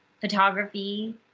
photography